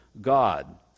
God